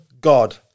God